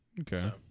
Okay